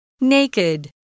Naked